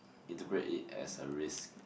interpret it as a risk